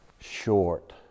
short